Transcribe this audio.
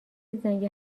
زنگ